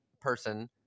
person